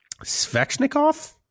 Svechnikov